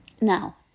now